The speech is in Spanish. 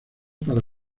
para